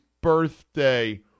birthday